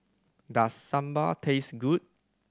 does sambal taste good